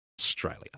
Australia